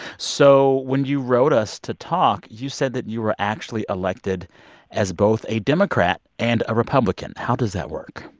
so when you wrote us to talk, you said that you were actually elected as both a democrat and a republican. how does that work?